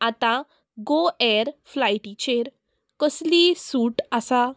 आतां Go Air फ्लायटीचेर कसलीय सूट आसा